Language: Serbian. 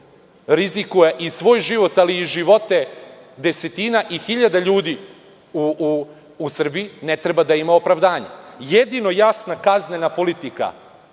rizikuje i svoj život, ali i živote desetina hiljada ljudi u Srbiji ne treba da ima opravdanje. Jedino jasna kaznena politika